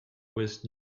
was